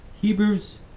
Hebrews